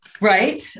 Right